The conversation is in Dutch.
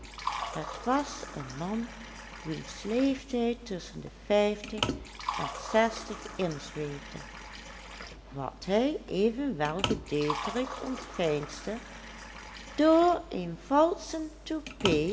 het was een man wiens leeftijd tusschen de vijftig en zestig in zweefde wat hij evenwel gedeeltelijk ontveinsde door een valschen